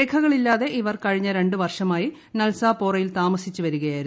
രേഖകളില്ലാതെ ഇവർ കഴിഞ്ഞ രണ്ട് വർഷമായി നൽസാപോറയിൽ താമസിച്ചുവരികയായിരുന്നു